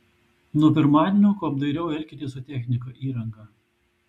nuo pirmadienio kuo apdairiau elkitės su technika įranga